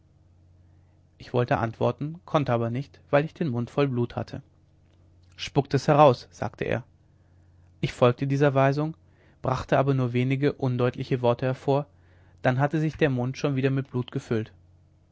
ich wollte antworten konnte aber nicht weil ich den mund voll blut hatte spuckt es heraus sagte er ich folgte dieser weisung brachte aber nur wenige undeutliche worte hervor dann hatte sich der mund schon wieder mit blut gefüllt